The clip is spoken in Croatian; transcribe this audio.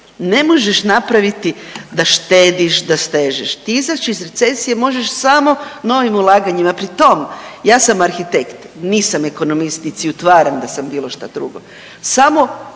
ne možeš napraviti da štetiš, da stežeš. Ti izaći iz recesije možeš samo novim ulaganjima. Pri tom ja sam arhitekt, nisam ekonomist niti si utvaram da sam bilo šta drugo.